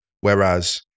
Whereas